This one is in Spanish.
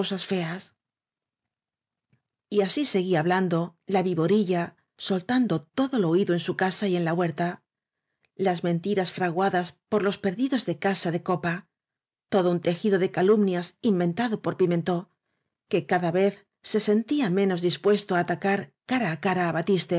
cosas yeas así'seguía hablando la viborilla soltando todo lo oído en su casa y en la huerta las mentiras fraguadas por los perdidos de casa de copa todo un tejido de calumnias inventado por pimentó que cada vez se sentía menos dispuesto á atacar cara á cara